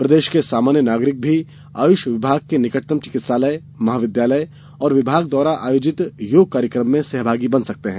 प्रदेश के सामान्य नागरिक भी आयुष विभाग के निकटतम चिकित्सालय महाविद्यालय एवं विभाग द्वारा आयोजित योग कार्यक्रम में सहभागी बन सकते हैं